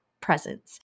presence